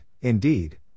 indeed